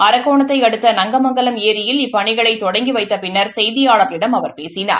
அரக்கோணத்தை அடுத்த நங்கமங்கலம் ஏரியில் இப்பனிகளை தொடங்கி வைத்த பின்னா செய்தியாளாகளிடம் அவர் பேசினார்